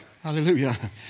Hallelujah